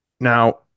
Now